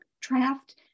draft